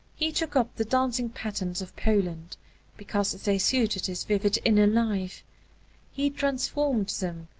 he took up the dancing patterns of poland because they suited his vivid inner life he transformed them,